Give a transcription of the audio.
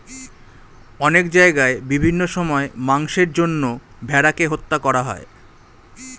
অনেক জায়গায় বিভিন্ন সময়ে মাংসের জন্য ভেড়াকে হত্যা করা হয়